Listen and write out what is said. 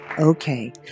Okay